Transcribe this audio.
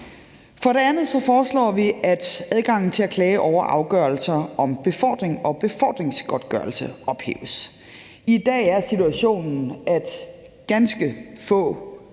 For det andet foreslår vi, at adgangen til at klage over afgørelser om befordring og befordringsgodtgørelse ophæves. I dag er situationen, at ganske få